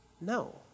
No